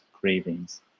cravings